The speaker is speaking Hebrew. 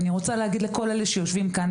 אני רוצה להגיד לכל אלה שיושבים כאן,